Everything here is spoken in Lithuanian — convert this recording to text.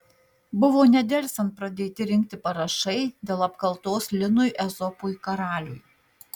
buvo nedelsiant pradėti rinkti parašai dėl apkaltos linui ezopui karaliui